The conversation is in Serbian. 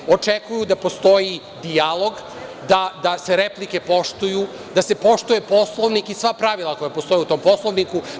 Oni očekuju da postoji dijalog, da se replike poštuju, da se poštuje Poslovnik i sva pravila koja postoje u tom Poslovniku.